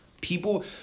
People